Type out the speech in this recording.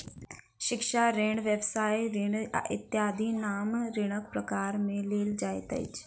शिक्षा ऋण, व्यवसाय ऋण इत्यादिक नाम ऋणक प्रकार मे लेल जाइत अछि